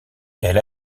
elle